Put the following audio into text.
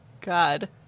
God